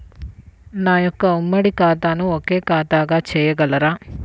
నా యొక్క ఉమ్మడి ఖాతాను ఒకే ఖాతాగా చేయగలరా?